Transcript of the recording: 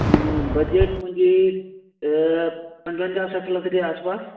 ऐं बजेट मुंहिंजी पंजवंजाहु सठि लख जे आसपासि